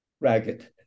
ragged